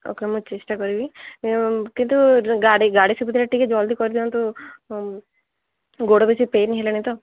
okay ମୁଁ ଚେଷ୍ଟା କରିବି କିନ୍ତୁ ଗାଡ଼ି ଗାଡ଼ି ସୁବିଧାଟା ଟିକେ ଜଲ୍ଦି କରି ଦିଅନ୍ତୁ ଗୋଡ଼ ବେଶି ପେନ୍ ହେଲାଣି ତ